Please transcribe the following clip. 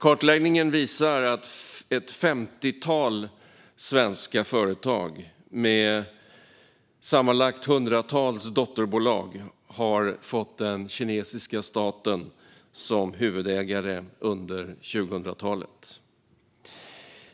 Kartläggningen visar att ett femtiotal svenska företag med sammanlagt hundratals dotterbolag har fått den kinesiska staten som huvudägare under 2000-talet.